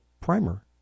primer